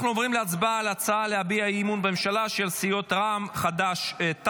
אנחנו עוברים להצבעה להביע אי-אמון בממשלה של סיעות רע"מ וחד"ש-תע"ל.